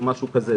או משהו כזה.